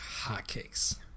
hotcakes